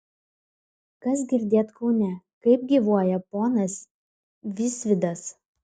kas girdėt kaune kaip gyvuoja ponas visvydas